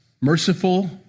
merciful